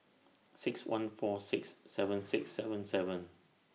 six one four six seven six seven seven